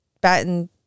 Batten